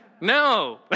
No